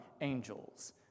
angels